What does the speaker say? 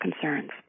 concerns